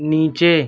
نیچے